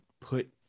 put